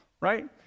right